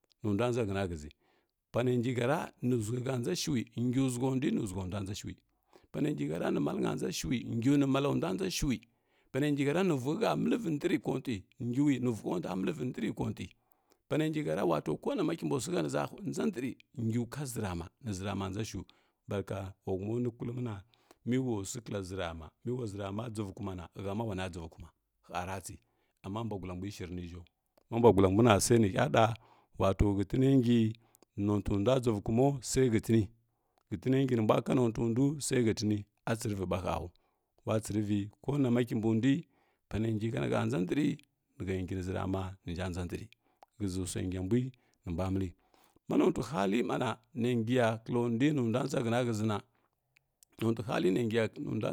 Nundua nʒa ghəna ghə ʒi pane həra nu ʒughəhə nʒa shvi gu ʒughəndui ni zughəndu a nʒa shui pane ngi həru nimalnə nʒashio ngw malandui nimalamdua nʒashui panengi həra ni vughəhə məlvi ndri kontui ngui nivughəndui məlvi ndri kontio panengi həra wato konama kimbusuhə nda nʒa ndri ngu ka ʒurema ni ʒurama nʒa shui barka watuma nu kullumina meulasukala ʒirama mewa zarama shivukumana həma wana shivukuma hə ratsi amma bwaglelambui shiri ninghau ma mbuagula mbuina sai nihə ɗa wako hətingi nindundua gnivukumai sai ghətini ghətini ngi nimbua kanotui ndu sai shətinə atsiri və ɓa həu watsirivə konama kimbundui pena ngihə nihə nʒa ndri nihə ngi niʒurama minsan nʒa ndri ghəʒisua ngambui nimba məli ma notui hali mɓana nangiya kalndui nundua nʒa həna ghəʒina notui hali na ngiya nudua.